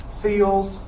seals